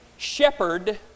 shepherd